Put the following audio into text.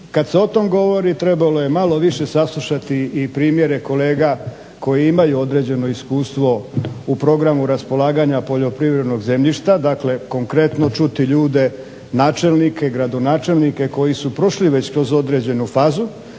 kad se o tom govori trebalo je malo više saslušati i primjere kolega koji imaju određeno iskustvo u programu raspolaganja poljoprivrednog zemljišta dakle konkretno čuti ljude, načelnike, gradonačelnike koji su prošli već kroz određenu fazu,